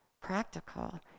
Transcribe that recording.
practical